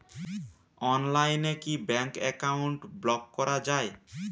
অনলাইনে কি bank account block করা য়ায়?